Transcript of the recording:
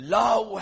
love